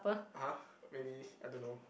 !huh! maybe I don't know